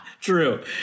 True